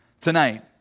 tonight